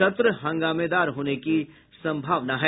सत्र हंगामेदार होने की सम्भावना है